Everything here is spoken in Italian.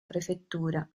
prefettura